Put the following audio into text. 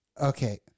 Okay